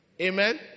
Amen